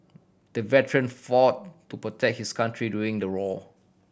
the veteran fought to protect his country during the war